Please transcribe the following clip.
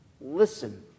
listen